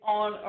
on